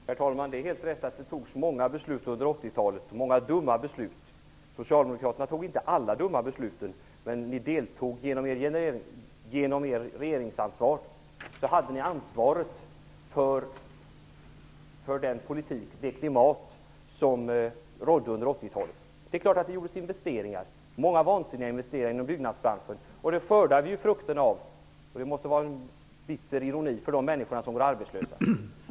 Herr talman! Det är helt rätt att det fattades många beslut under 80-talet och många av dem var dumma. Socialdemokraterna fattade inte alla dumma beslut, men genom er regering hade ni ansvaret för det klimat som rådde under 80-talet. Det är klart att det gjordes investeringar. Det gjordes många vansinniga investeringar inom byggnadsbranschen. Det skördar vi nu frukterna av. Det måste vara en bitter ironi för de männsikor som går arbetslösa.